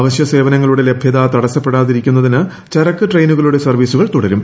അവശ്യ സേനവങ്ങളുടെ ലഭ്യത തടസ്സപ്പെടാതിരിക്കുന്നതിന് ചരക്ക് ട്രെയിനുകളുടെ സർവ്വീസുകൾ തുടരും